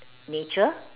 nature